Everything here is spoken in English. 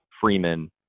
Freeman